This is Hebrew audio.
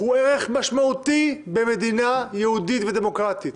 הוא ערך משמעותי במדינה יהודית ודמוקרטית,